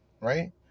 right